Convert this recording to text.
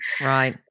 Right